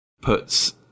puts